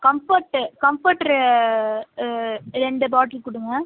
comfort Comfort ரெண்டு bottle கொடுங்க